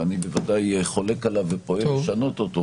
ואני בוודאי חולק עליו ופועל לשנות אותו